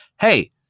hey